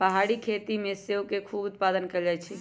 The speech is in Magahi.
पहारी खेती में सेओ के खूब उत्पादन कएल जाइ छइ